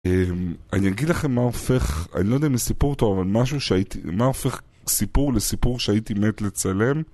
אה... אני אגיד לכם מה הופך... אני לא יודע מסיפור טוב, אבל משהו שהייתי... מה הופך סיפור לסיפור שהייתי מת לצלם?